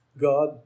God